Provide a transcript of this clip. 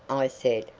i said,